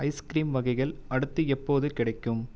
ice cream வகைகள் அடுத்து எப்போது கிடைக்கும்